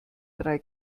drei